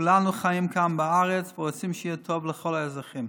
כולנו חיים כאן בארץ ורוצים שיהיה טוב לבל האזרחים.